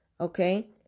Okay